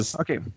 Okay